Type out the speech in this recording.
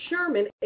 Sherman